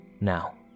Now